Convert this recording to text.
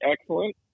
excellent